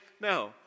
No